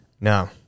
No